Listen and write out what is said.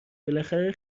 بالاخره